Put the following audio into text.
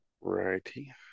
Righty